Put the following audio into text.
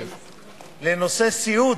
בסוף שלוש הצעות